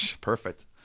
Perfect